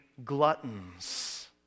gluttons